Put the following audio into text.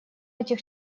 этих